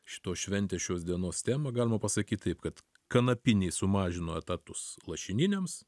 šitos šventės šios dienos temą galima pasakyt taip kad kanapiniai sumažino etatus lašininiams